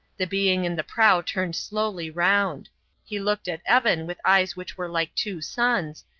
the being in the prow turned slowly round he looked at evan with eyes which were like two suns,